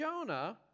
Jonah